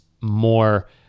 more